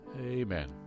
Amen